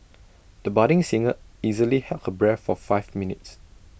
the budding singer easily held her breath for five minutes